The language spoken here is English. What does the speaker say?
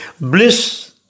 Bliss